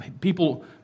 People